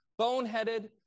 Boneheaded